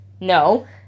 no